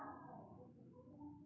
कमल फूल अगस्त महीना मे खिललो जाय छै